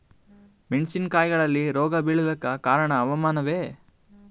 ಮೆಣಸಿನ ಕಾಯಿಗಳಿಗಿ ರೋಗ ಬಿಳಲಾಕ ಕಾರಣ ಹವಾಮಾನನೇ?